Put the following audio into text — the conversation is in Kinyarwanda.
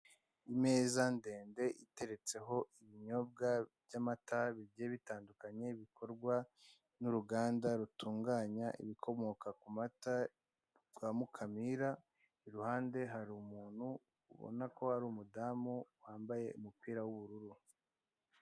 Imeza ndende iteretseho ibinyobwa by'amata bigiye bitandukanye bikorwa n'uruganda rutunganya ibikomoka ku mata rwa mukamira iruhande hari umuntu ubona ko ari umudamu wambaye umupira w'ubururu.